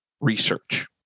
research